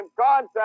contact